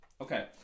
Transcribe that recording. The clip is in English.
Okay